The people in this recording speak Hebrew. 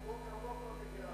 עמוק עמוק במגירה.